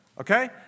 okay